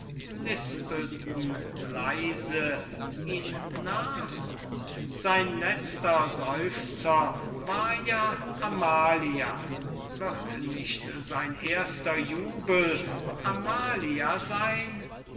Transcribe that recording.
leise ihn nach sein letzter seufzer war ja amalia wird nicht sein erster jubel amalia seyn